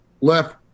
left